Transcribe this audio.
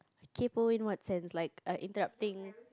kaypoh in what sense like err interrupting